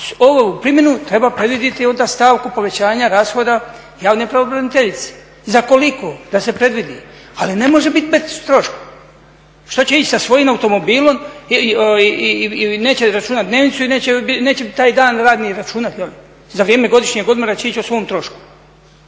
Ovu primjenu treba predvidjeti onda stavku povećanja rashoda javne pravobraniteljice. Za koliko? Da se predvidi, ali ne može biti …. Što će ići sa svojim automobilom i neće računati dnevnicu i neće taj dan radni računati? Za vrijeme godišnjeg odmora će ići o svom trošku?